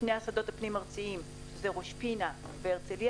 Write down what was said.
שני השדות הפנים-ארציים: ראש פינה והרצליה